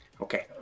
Okay